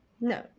No